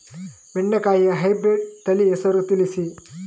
ಬೆಂಡೆಕಾಯಿಯ ಹೈಬ್ರಿಡ್ ತಳಿ ಹೆಸರು ತಿಳಿಸಿ?